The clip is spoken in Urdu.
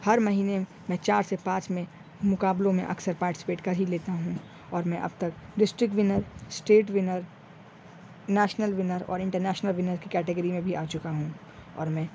ہر مہینے میں چار سے پانچ میں مقابلوں میں اکثر پارٹیسپیٹ کر ہی لیتا ہوں اور میں اب تک district winner state winner national winner اور انٹرنیشنل ونر کی کیٹیگری میں میں بھی آ چکا ہوں اور میں